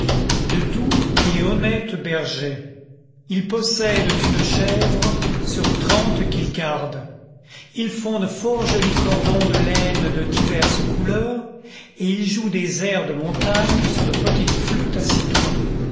de doux et honnêtes bergers ils possèdent une chèvre sur trente qu'ils gardent ils font de fort jolis cordons de laine de diverses couleurs et ils jouent des airs de montagne sur de petites flûtes à